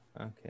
Okay